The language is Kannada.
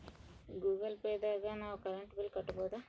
ಗೂಗಲ್ ಪೇ ದಾಗ ನಾವ್ ಕರೆಂಟ್ ಬಿಲ್ ಕಟ್ಟೋದು